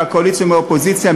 מהקואליציה ומהאופוזיציה,